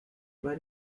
bei